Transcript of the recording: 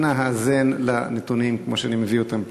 אנא האזן לנתונים כמו שאני מביא אותם פה.